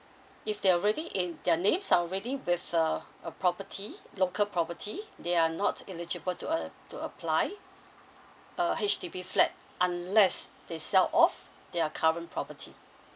if they're already in their names are already with uh a property local property they are not eligible to uh to apply a H_D_B flat unless they sell off their current property